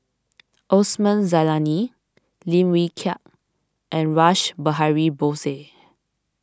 Osman Zailani Lim Wee Kiak and Rash Behari Bose